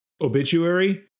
Obituary